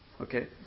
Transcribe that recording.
Okay